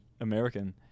American